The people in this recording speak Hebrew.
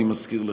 אני מזכיר לך,